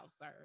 sir